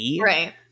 right